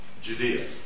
Judea